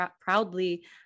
proudly